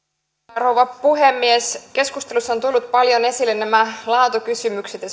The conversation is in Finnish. rouva puhemies keskustelussa ovat tulleet paljon esille nämä laatukysymykset ja